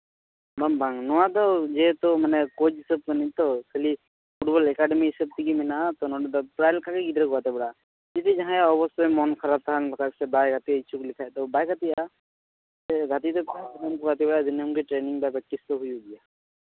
ᱵᱟᱝ ᱱᱚᱣᱟᱫᱚ ᱡᱮᱦᱮᱛᱩ ᱢᱟᱱᱮ ᱠᱚᱪ ᱦᱤᱥᱟᱹᱵ ᱛᱮ ᱱᱤᱛᱚᱜ ᱠᱷᱟᱹᱞᱤ ᱯᱷᱩᱴᱚᱞ ᱮᱠᱟᱰᱮᱢᱤ ᱦᱤᱥᱟᱹᱵ ᱛᱮ ᱢᱮᱱᱟᱜᱼᱟ ᱛᱳ ᱱᱚᱸᱰᱮ ᱫᱚ ᱯᱨᱟᱭ ᱞᱮᱠᱟᱜᱮ ᱜᱤᱫᱽᱨᱟᱹ ᱠᱚ ᱜᱟᱛᱮ ᱵᱟᱲᱟᱜᱼᱟ ᱡᱩᱫᱤ ᱡᱟᱦᱟᱸᱭᱟᱜ ᱚᱵᱚᱥᱥᱳᱭ ᱢᱚᱱ ᱠᱷᱟᱨᱟᱯ ᱛᱟᱦᱮᱱ ᱵᱟᱠᱷᱟᱡ ᱥᱮ ᱵᱟᱭ ᱜᱟᱛᱮᱜ ᱦᱚᱪᱚ ᱞᱮᱠᱷᱟᱱ ᱫᱚ ᱵᱟᱭ ᱜᱟᱛᱮᱜᱼᱟ ᱥᱮ ᱜᱟᱛᱮ ᱠᱟᱛᱮᱜ ᱦᱚᱸ ᱫᱤᱱᱟᱹᱢ ᱠᱚ ᱜᱟᱛᱮᱜᱼᱟ ᱫᱤᱱᱟᱹᱢ ᱜᱮ ᱴᱨᱮᱱᱤᱝ ᱫᱚ ᱯᱨᱮᱠᱴᱤᱥ ᱫᱚ ᱦᱩᱭᱩᱜ ᱜᱮᱭᱟ